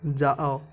ଯାଅ